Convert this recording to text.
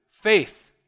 faith